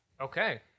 Okay